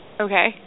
Okay